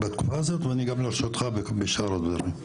בתקופה הזאת, ואני גם לרשותך בשאר הדברים.